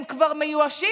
הם כבר מיואשים.